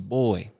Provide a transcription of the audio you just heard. boy